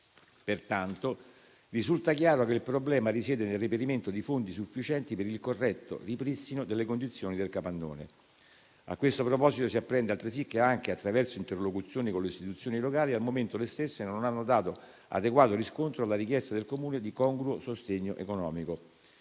Pertanto, risulta chiaro che il problema risiede nel reperimento di fondi sufficienti per il corretto ripristino delle condizioni del capannone. A questo proposito, si apprende altresì che, anche attraverso interlocuzioni con le istituzioni locali, al momento le stesse non hanno dato adeguato riscontro alla richiesta di congruo sostegno economico